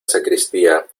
sacristía